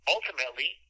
Ultimately